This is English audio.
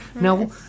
Now